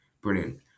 brilliant